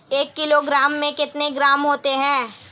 एक किलोग्राम में कितने ग्राम होते हैं?